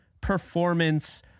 performance